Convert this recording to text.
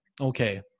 okay